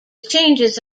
changes